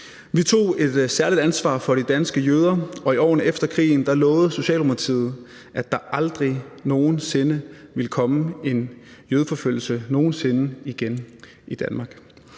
Vi tog et særligt ansvar for de danske jøder, og i årene efter krigen lovede Socialdemokratiet, at der aldrig nogen sinde ville komme en jødeforfølgelse i Danmark